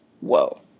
Whoa